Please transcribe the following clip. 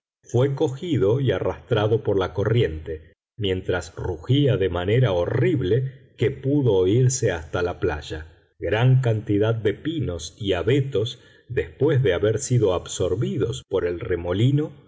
fué cogido y arrastrado por la corriente mientras rugía de manera horrible que pudo oírse hasta la playa gran cantidad de pinos y abetos después de haber sido absorbidos por el remolino